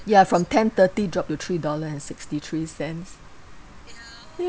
ya from ten-thirty dropped to three dollar and sixty-three cents